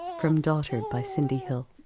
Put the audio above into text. from daughter by cindy hill.